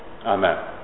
Amen